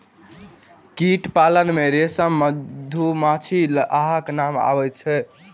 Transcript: कीट पालन मे रेशम, मधुमाछी, लाहक नाम अबैत अछि